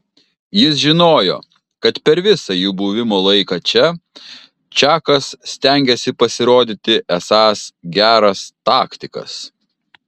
jis žinojo kad per visą jų buvimo laiką čia čakas stengiasi pasirodyti esąs geras taktikas